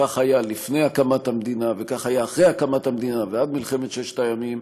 כך היה לפני הקמת המדינה וכך היה אחרי הקמת המדינה ועד מלחמת ששת הימים,